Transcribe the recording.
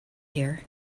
here